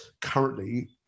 currently